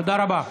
תודה רבה.